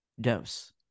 Dose